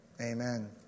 Amen